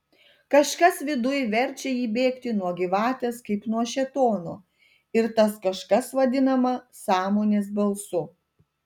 kažkas viduj verčia ji bėgti nuo gyvatės kaip nuo šėtono ir tas kažkas vadinama sąmonės balsu